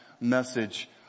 message